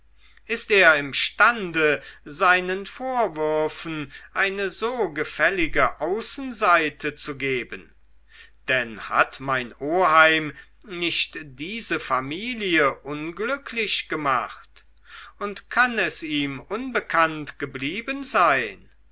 ist er imstande seinen vorwürfen eine so gefällige außenseite zu geben denn hat mein oheim nicht diese familie unglücklich gemacht und kann es ihm unbekannt geblieben sein